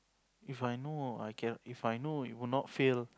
If I know I can If I know you would not fail